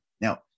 Now